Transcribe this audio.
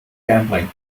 gambling